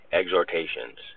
exhortations